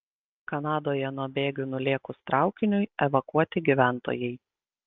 kanadoje nuo bėgių nulėkus traukiniui evakuoti gyventojai